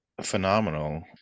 phenomenal